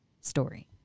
story